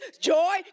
joy